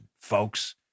folks